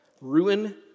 Ruin